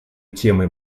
темой